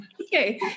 Okay